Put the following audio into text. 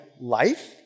life